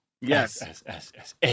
Yes